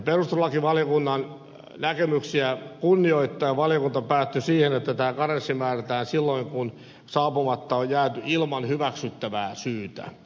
perustuslakivaliokunnan näkemyksiä kunnioittaen valiokunta päätyi siihen että tämä karenssi määrätään silloin kun saapumatta on jääty ilman hyväksyttävää syytä